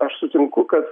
aš sutinku kad